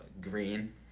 Green